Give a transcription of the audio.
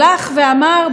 שהלך ואמר,